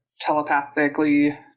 telepathically